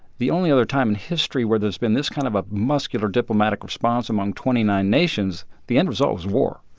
the only other time in history where there's been this kind of a muscular diplomatic response among twenty nine nations, the end result was war.